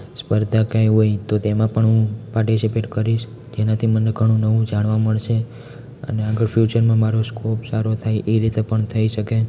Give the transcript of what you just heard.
સ્પર્ધા કંઈ હોય તો તેમાં પણ હું પાર્ટીસપેટ કરીશ તેનાથી મને ઘણું નવું જાણવા મળશે અને આગળ ફ્યુચરમાં મારો સ્કોપ સારો થાય એ રીતે પણ થઈ શકે